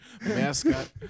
mascot